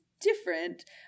different